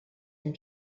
and